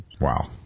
Wow